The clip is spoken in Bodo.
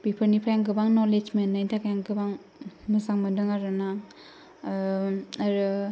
बेफोरनिफ्राय आं गोबां नलेज मोननायनि थाखायनो गोबां मोजां मोन्दों आरोना ओ आरो